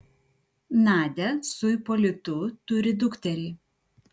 nadia su ipolitu turi dukterį